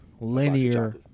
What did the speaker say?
linear